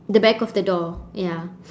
the back of the door ya